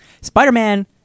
spider-man